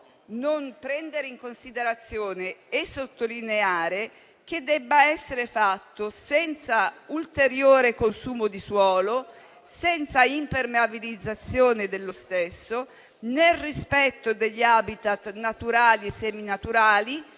non prendere in considerazione e sottolineare che debba essere fatto senza ulteriore consumo di suolo, senza impermeabilizzazione dello stesso, nel rispetto degli *habitat* naturali e seminaturali